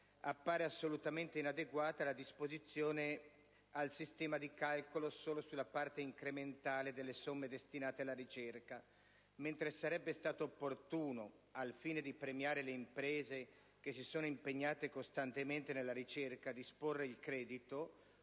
appare assolutamente inadeguata la disposizione relativa al sistema di calcolo solo sulla parte incrementale delle somme destinate alla ricerca, mentre sarebbe stato opportuno, al fine di premiare le imprese che si sono impegnate costantemente nella ricerca, disporre il credito,